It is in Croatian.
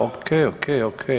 Ok., Ok., Ok.